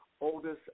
oldest